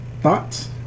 Thoughts